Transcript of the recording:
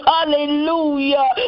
Hallelujah